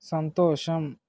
సంతోషం